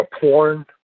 porn